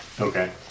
Okay